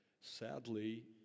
sadly